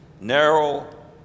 narrow